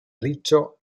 riccio